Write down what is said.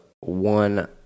one